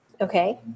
Okay